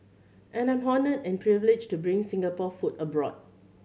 and I'm honoured and privileged to bring Singapore food abroad